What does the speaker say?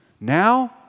Now